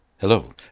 Hello